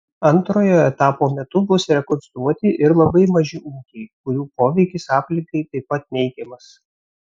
antrojo etapo metu bus rekonstruoti ir labai maži ūkiai kurių poveikis aplinkai taip pat neigiamas